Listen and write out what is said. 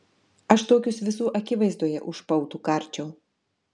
aš tokius visų akivaizdoje už pautų karčiau